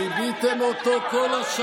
ביבי זרק מכל המדרגות.